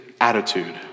attitude